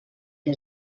que